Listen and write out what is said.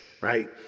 right